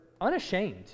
unashamed